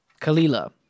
Kalila